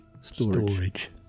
Storage